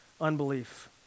unbelief